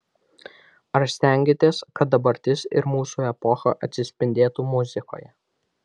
ar stengiatės kad dabartis ir mūsų epocha atsispindėtų muzikoje